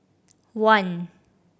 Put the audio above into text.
one